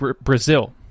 Brazil